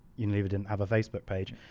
unilever didn't have a facebook page.